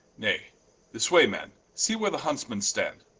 nay this way man, see where the huntsmen stand.